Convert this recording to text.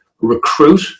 recruit